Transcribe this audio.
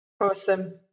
awesome